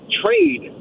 trade